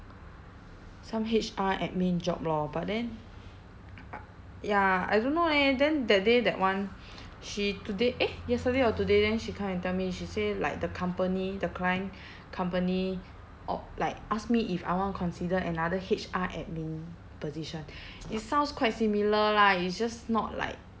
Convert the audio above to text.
some H_R admin job lor but then ya I don't know leh then that day that one she today eh yesterday or today then she come and tell me she say like the company the client company o~ like ask me if I want consider another H_R admin position it sounds quite similar lah it's just not like